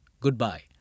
goodbye